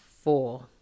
four